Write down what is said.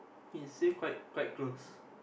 he says quite quite close